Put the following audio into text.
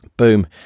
Boom